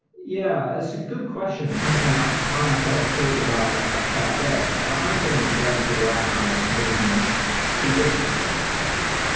yeah. it's a good question and something i fi nd myself talking about a fair bit. i think data warehouse means two different things actually.